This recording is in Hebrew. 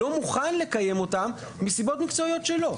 לא מוכן לקיים אותם מסיבות מקצועיות שלו.